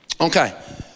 Okay